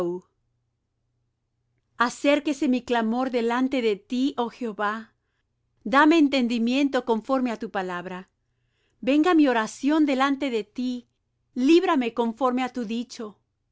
acérquese mi clamor delante de ti oh jehová dame entendimiento conforme á tu palabra venga mi oración delante de ti líbrame conforme á tu dicho